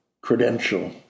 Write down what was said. credential